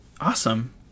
Awesome